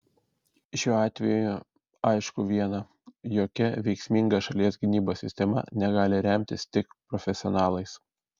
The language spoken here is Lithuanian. šiuo atveju aišku viena jokia veiksminga šalies gynybos sistema negali remtis tik profesionalais